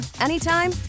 anytime